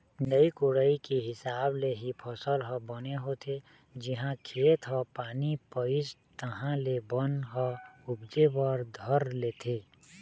निंदई कोड़ई के हिसाब ले ही फसल ह बने होथे, जिहाँ खेत ह पानी पइस तहाँ ले बन ह उपजे बर धर लेथे